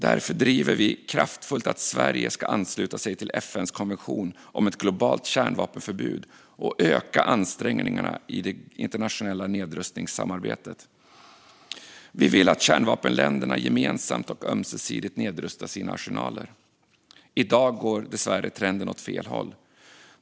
Därför driver vi kraftfullt att Sverige ska ansluta sig till FN:s konvention om ett globalt kärnvapenförbud och öka ansträngningarna i det internationella nedrustningsarbetet. Vi vill att kärnvapenländerna gemensamt och ömsesidigt nedrustar sina arsenaler. I dag går dessvärre trenden åt fel håll.